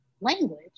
language